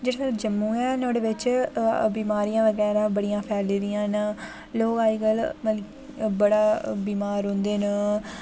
जेह्ड़ा साढ़ा जम्मू ऐ नुहाड़े बिच बिमारियां बगैरा बड़ियां फैली दियां न लोक अज्जकल मतलब बड़ा बीमार रौहंदे न